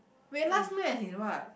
wait last meal as in what